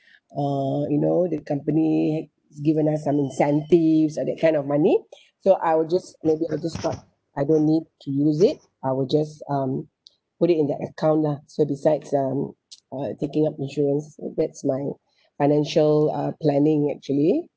uh you know the company given us some incentives ah that kind of money so I'll just maybe I'll just start I don't need to use it I will just um put it in that account ah so besides um uh taking up insurance uh that's my financial uh planning actually